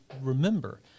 remember